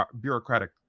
bureaucratic